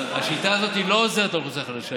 השיטה הזאת לא עוזרת לאוכלוסייה החלשה,